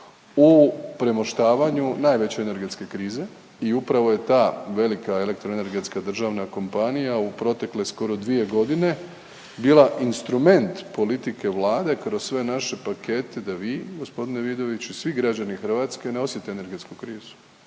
u premoštavanju najveće energetske krize i upravo je ta velika elektroenergetska državna kompanija u protekle skoro 2.g. bila instrument politike Vlade kroz sve naše pakete da vi g. Vidoviću i svi građani Hrvatske ne osjete energetsku krizu,